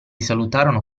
salutarono